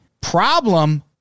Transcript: Problem